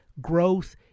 growth